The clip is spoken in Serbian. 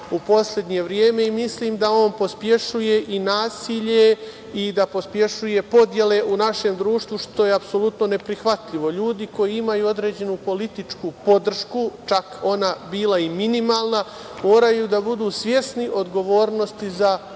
u poslednje vreme i mislim da on pospešuje i nasilje i da pospešuje podele u našem društvu što je apsolutno neprihvatljivo. Ljudi koji imaju određenu političku podršku, čak ona bila i minimalna, moraju da budu svesni odgovornosti za